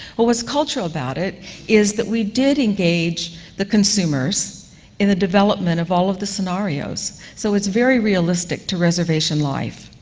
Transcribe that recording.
well, what's cultural about it is that we did engage the consumers in the development of all of the scenarios, so it's very realistic to reservation life.